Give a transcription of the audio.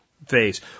Phase